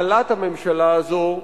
הפלת הממשלה הזאת.